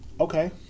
okay